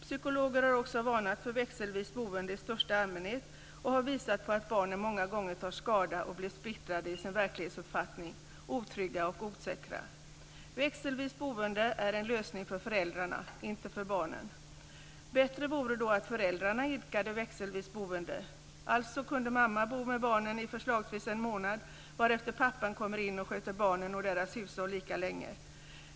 Psykologer har också varnat för växelvis boende i största allmänhet och visat på att barnen många gånger tar skada och blir splittrade i sin verklighetsuppfattning, att de blir otrygga och osäkra. Växelvis boende är en lösning för föräldrarna, inte för barnen. Bättre vore då att föräldrarna idkade växelvis boende. Alltså kan mamma bo med barnen i förslagsvis en månad, varefter pappa kommer in och sköter barnen och deras hushåll lika länge.